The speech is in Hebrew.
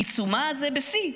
"עיצומה" זה בשיא,